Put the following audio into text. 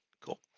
Cool